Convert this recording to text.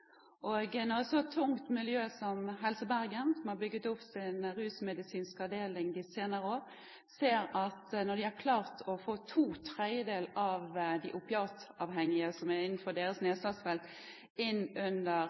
tungt miljø som Helse Bergen, som har bygget opp sin rusmedisinske avdeling de senere årene, har klart å få to tredjedeler av de opiatavhengige, som er innenfor deres nedslagsfelt, inn under